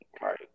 Right